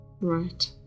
Right